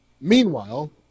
Meanwhile